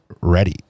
ready